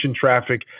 traffic